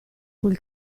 quel